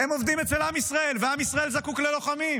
הם עובדים אצל עם ישראל, ועם ישראל זקוק ללוחמים.